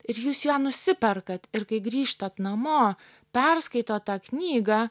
ir jūs ją nusiperkat ir kai grįžtat namo perskaitot tą knygą